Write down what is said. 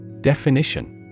Definition